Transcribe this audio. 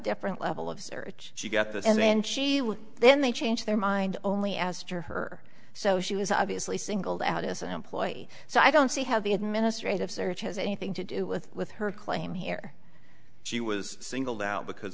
different level of search she got this and then she would then they changed their mind only asked her so she was obviously singled out as an employee so i don't see how the administrative search has anything to do with with her claim here she was singled out because